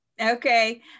Okay